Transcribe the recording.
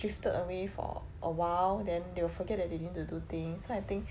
drifted away for a while then they will forget that they need to do things so I think